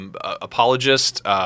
apologist